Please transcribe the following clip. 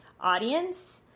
audience